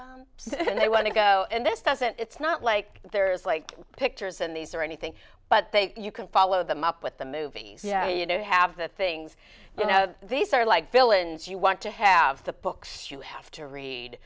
sit and they want to go and this doesn't it's not like there's like pictures in these or anything but they you can follow them up with the movies you know you have the things you know these are like villains you want to have the books you have to read